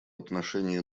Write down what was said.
отношении